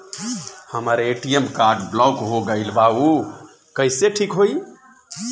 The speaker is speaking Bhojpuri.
हमर ए.टी.एम कार्ड ब्लॉक हो गईल बा ऊ कईसे ठिक होई?